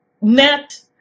net